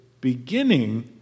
beginning